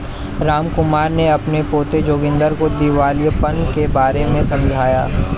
रामकुमार ने अपने पोते जोगिंदर को दिवालियापन के बारे में समझाया